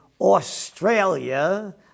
Australia